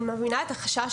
אני מבינה את החשש